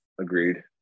Agreed